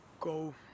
go